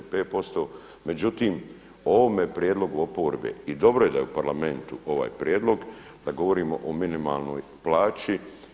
Međutim o ovome prijedlogu oporbe i dobro je da je u Parlamentu ovaj prijedlog da govorimo o minimalnoj plaći.